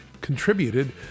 contributed